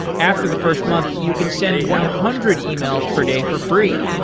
after the first month, you can send one hundred emails per day for free.